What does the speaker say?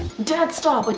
dad stop! but